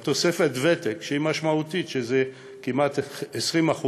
תוספת הוותק, שהיא משמעותית, זה כמעט 20%